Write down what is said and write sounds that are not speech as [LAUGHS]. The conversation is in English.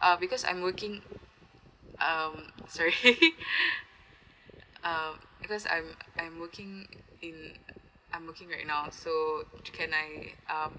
uh because I'm working um sorry [LAUGHS] um because I'm I'm working in I'm working right now so can I um